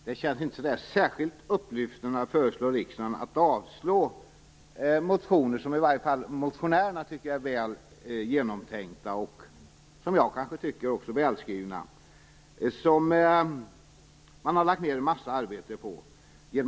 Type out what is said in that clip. Herr talman! Det känns inte särskilt upplyftande att föreslå riksdagen att avslå motioner som i varje fall motionärerna tycker är väl genomtänkta och - som också jag kanske tycker - välskrivna. Man har lagt ned en massa arbete på dem.